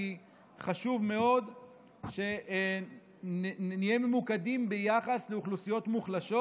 כי חשוב מאוד שנהיה ממוקדים ביחס לאוכלוסיות מוחלשות,